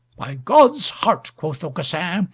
by god's heart, quoth aucassin,